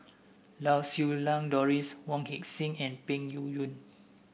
Lau Siew Lang Doris Wong Heck Sing and Peng Yuyun